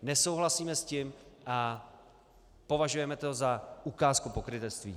Nesouhlasíme s tím a považujeme to za ukázku pokrytectví.